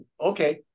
okay